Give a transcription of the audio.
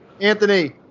Anthony